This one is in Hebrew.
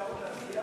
אפשר עוד להצביע?